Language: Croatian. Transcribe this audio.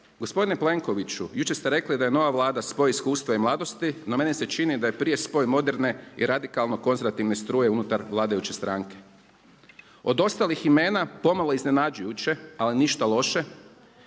Gospodine Plenkoviću, jučer ste rekli da je nova Vlada spoj iskustva i mladosti no meni se čini da je prije spoj moderne i radikalno konzervativne struje unutar vladajuće stranke. Od ostalih imena pomalo iznenađujuće ali ništa loše